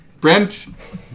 Brent